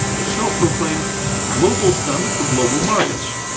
the self-proclaimed global standard for global markets,